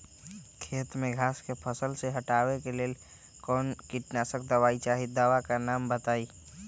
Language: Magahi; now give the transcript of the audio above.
खेत में घास के फसल से हटावे के लेल कौन किटनाशक दवाई चाहि दवा का नाम बताआई?